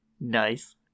Nice